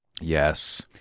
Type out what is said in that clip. Yes